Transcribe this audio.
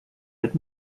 but